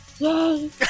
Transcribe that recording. Yay